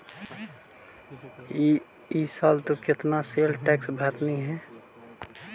ई साल तु केतना सेल्स टैक्स भरलहिं हे